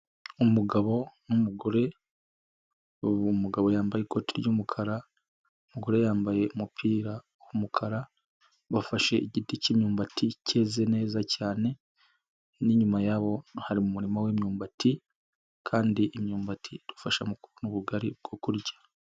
Umugabo n'umugore, umugabo yambaye ikoti ry'umukara, umugore yambaye umupira w'umukara bafashe igiti cy'imyumbati cyeze neza cyane n'inyuma yabo hari umurima w'imyumbati kandi imyumbati idufasha mu kubona ubugari bwo kurya.